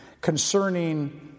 concerning